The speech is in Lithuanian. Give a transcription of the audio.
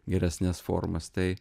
geresnes formas tai